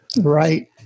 Right